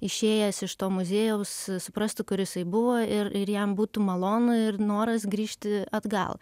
išėjęs iš to muziejaus suprastų kur jisai buvo ir ir jam būtų malonu ir noras grįžti atgal